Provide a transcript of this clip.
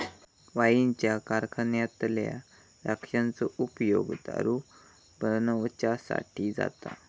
वाईनच्या कारखान्यातल्या द्राक्षांचो उपयोग दारू बनवच्यासाठी जाता